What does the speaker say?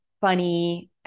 funny